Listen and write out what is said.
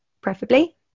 preferably